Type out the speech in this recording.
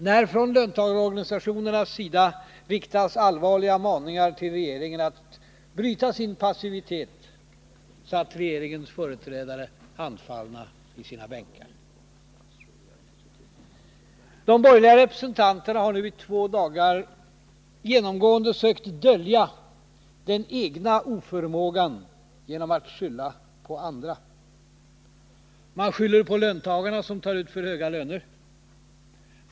När löntagarorganisationerna riktar allvarliga maningar till regeringen att bryta sin passivitet, sitter regeringens företrädare handfallna i sina bänkar. De borgerliga representanterna har nu i två dagar genomgående sökt dölja den egna oförmågan genom att skylla på andra. Man skyller på löntagarna, som tar ut för höga löner.